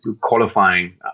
qualifying